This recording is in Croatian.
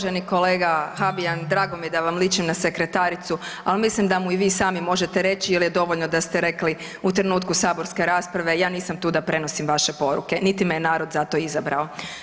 Uvaženi kolega Habijan drago mi je da vam ličim na sekretaricu, ali mislim da mu i vi sami možete reći jer je dovoljno da ste rekli u trenutku saborske rasprave, ja nisam tu da prenosim vaše poruke, niti me je narod za to izabrao.